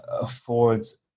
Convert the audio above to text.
affords